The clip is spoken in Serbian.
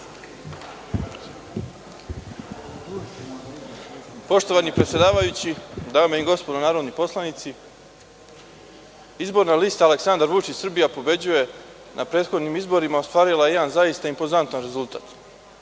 Poštovani predsedavajući, dame i gospodo narodni poslanici, izborna lista Aleksandar Vučić – Srbija pobeđuje na prethodnim izborima je ostvarila jedan zaista impozantan rezultat